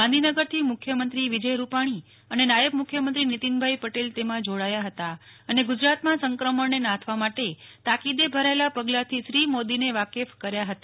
ગાંધીનગરજી મુખ્યમંત્રી વિજય રૂપાજી અને નાયબ મુખ્યમંત્રી નીતિન પટેલ તેમાં જોડાયા હતા અને ગુજરાતમાં સંક્રમણને નાથવા માટે તાકીદે ભરાયેલા પગલાથી શ્રી મોદીને વાકેફ કર્યા હતા